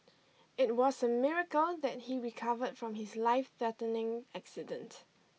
it was a miracle that he recovered from his lifethreatening accident